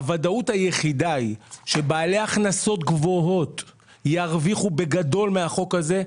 הוודאות היחידה היא שבעלי הכנסות גבוהות ירוויחו בגדול מהחוק הזה,